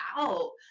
out